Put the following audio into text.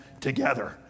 together